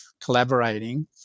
collaborating